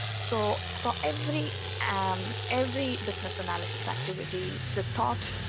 so for every um every business analysis activity the thought